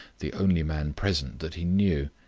the only man present that he knew.